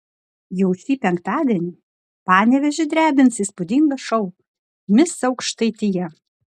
jau šį penktadienį panevėžį drebins įspūdingas šou mis aukštaitija